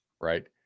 right